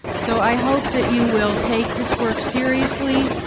so i hope that you will take this work seriously,